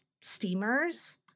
steamers